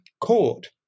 court